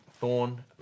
thorn